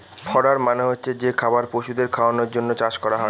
fodder মানে হচ্ছে যে খাবার পশুদের খাওয়ানোর জন্য চাষ করা হয়